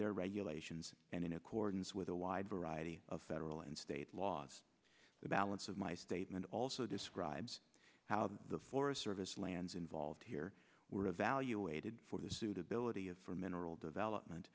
their regulations and in accordance with a wide variety of federal and state laws the balance of my statement also describes how the forest service lands involved here were evaluated for the suitability of for mineral development